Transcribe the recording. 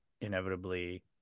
inevitably